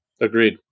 agreed